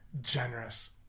generous